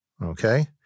Okay